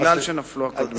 בגלל שנפלו הקודמות.